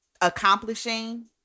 accomplishing